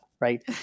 right